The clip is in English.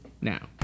now